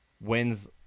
wins